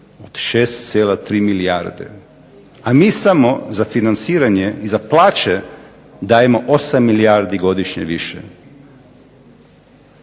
od 6,3 milijarde, a mi samo za financiranje za plaće dajemo 8 milijardi godišnje više.